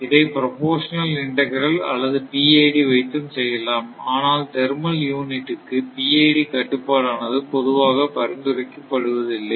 இதை proportional integral அல்லது PID வைத்தும் செய்யலாம் ஆனால் தெர்மல் யூனிட்டுக்கு PID கட்டுப்பாடு ஆனது பொதுவாக பரிந்துரைக்கப்படுவதில்லை